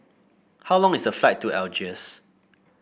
how long is the flight to Algiers